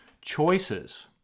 choices